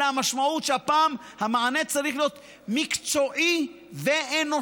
אלא המשמעות היא שהפעם המענה צריך להיות מקצועי ואנושי.